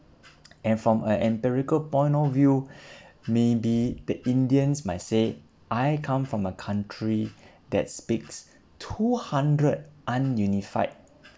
and from a empirical point of view maybe the indians might say I come from a country that speaks two hundred un-unified